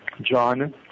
John